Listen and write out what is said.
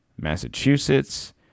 Massachusetts